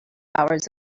hours